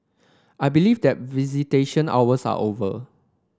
I believe that visitation hours are over